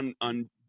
on